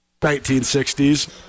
1960s